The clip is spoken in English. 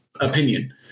opinion